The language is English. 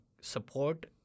support